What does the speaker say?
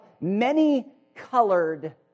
many-colored